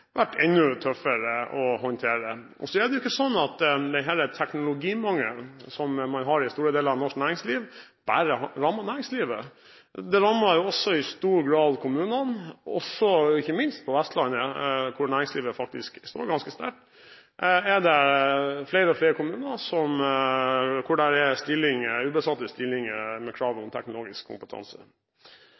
vært enda tøffere å håndtere. Så er det ikke sånn at den teknologimangelen som man har i store deler av norsk næringsliv, bare rammer næringslivet. Den rammer også i stor grad kommunene, ikke minst på Vestlandet, hvor næringslivet faktisk står ganske sterkt, og hvor flere og flere kommuner har ubesatte stillinger med krav om teknologisk kompetanse.